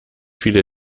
viele